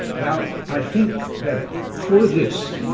well, i think that for this,